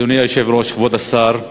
אדוני היושב-ראש, כבוד השר,